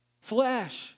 flesh